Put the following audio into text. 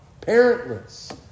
parentless